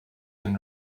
been